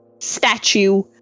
statue